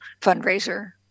fundraiser